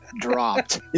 dropped